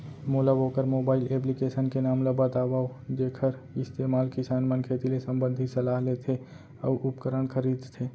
मोला वोकर mobile application के नाम ल बतावव जेखर इस्तेमाल किसान मन खेती ले संबंधित सलाह लेथे अऊ उपकरण खरीदथे?